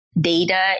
Data